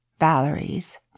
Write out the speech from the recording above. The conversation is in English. Valerie's